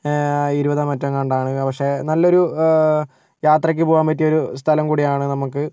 ഇരുപതോ മറ്റോ അങ്ങാണ്ടാണ് പക്ഷെ നല്ലൊരു യാത്രക്ക് പോകാന് പറ്റിയ ഒരു സ്ഥലം കൂടിയാണ് നമുക്ക്